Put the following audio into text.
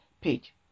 page